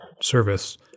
service